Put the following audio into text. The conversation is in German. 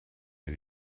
der